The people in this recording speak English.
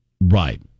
Right